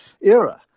era